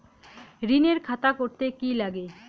ঋণের খাতা করতে কি লাগে?